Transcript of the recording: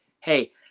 hey